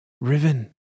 Riven